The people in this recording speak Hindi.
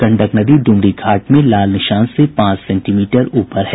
गंडक नदी डुमरीघाट में लाल निशान से पांच सेंटीमीटर ऊपर है